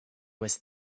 was